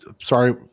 sorry